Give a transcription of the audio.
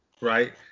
right